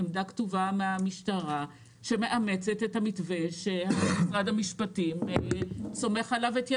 עמדה כתובה מהמשטרה שמאמצת את המתווה שמשרד המשפטים סומך עליו את ידיו.